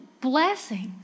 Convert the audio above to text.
blessings